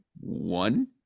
one